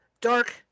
dark